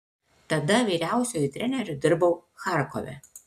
tada vyriausiuoju treneriu dirbau charkove